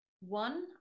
One